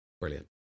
brilliant